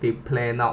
they plan out